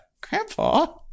Grandpa